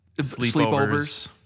Sleepovers